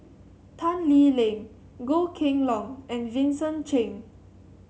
Tan Lee Leng Goh Kheng Long and Vincent Cheng